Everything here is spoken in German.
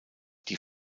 die